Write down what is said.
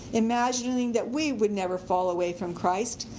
imagining that we would never fall away from christ.